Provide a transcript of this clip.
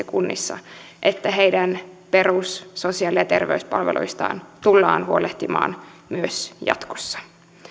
kunnissa kokevat että heidän perussosiaali ja terveyspalveluistaan tullaan huolehtimaan myös jatkossa